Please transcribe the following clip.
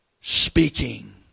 speaking